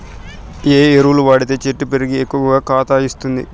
ఏ ఎరువులు వాడితే చెట్టు పెరిగి ఎక్కువగా కాత ఇస్తుంది?